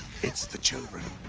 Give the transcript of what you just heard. it's the children!